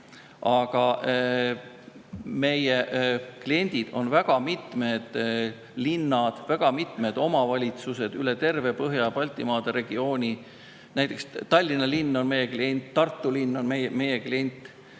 Aga meie kliendid on väga mitmed linnad, väga mitmed omavalitsused terves Põhja‑ ja Baltimaade regioonis. Näiteks on Tallinna linn meie klient, Tartu linn on meie klient.